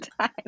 time